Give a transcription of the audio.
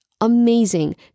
amazing